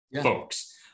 folks